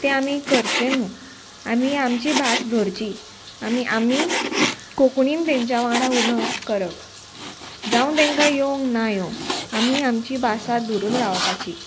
तें आमी करचें न्हू आमी आमची भास धरची आमी आमी कोंकणीन तेंच्या वांगडा उलोवप करप जावं तांकां येवंक ना येवंक आमी आमची भास धरून रावपाची